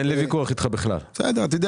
הזה,